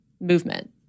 movement